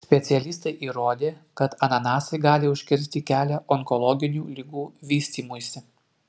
specialistai įrodė kad ananasai gali užkirsti kelią onkologinių ligų vystymuisi